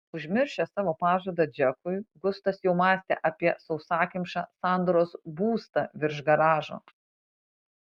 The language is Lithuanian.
užmiršęs savo pažadą džekui gustas jau mąstė apie sausakimšą sandros būstą virš garažo